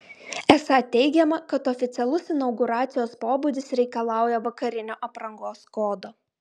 esą teigiama kad oficialus inauguracijos pobūdis reikalauja vakarinio aprangos kodo